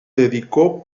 dedicó